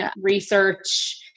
research